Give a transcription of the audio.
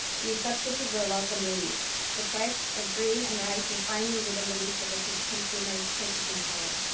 these subsidies were a welcome relief. the price of grain and rice was finally within the reach of the consumer's purchasing power.